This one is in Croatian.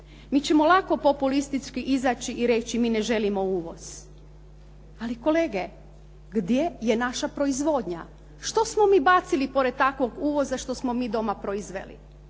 Mi ćemo lako populistički izaći i reći mi ne želimo uvoz, ali kolege gdje je naša proizvodnja. Što smo mi bacili pored takvog uvoza što smo mi doma proizveli.